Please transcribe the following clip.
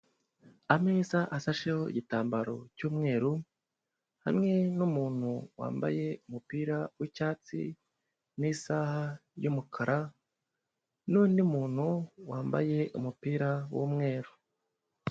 Ameza asasheho igitambaro cy'umweru, hamwe n'umuntu wambaye umupira w'ibyatsi n'isaha y'umukara, n'undi muntu wambaye umupira w'umweru.